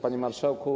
Panie Marszałku!